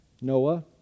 Noah